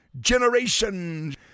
generations